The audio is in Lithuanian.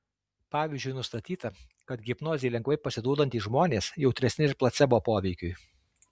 pavyzdžiui nustatyta kad hipnozei lengvai pasiduodantys žmonės jautresni ir placebo poveikiui